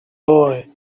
boy